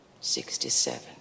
Sixty-seven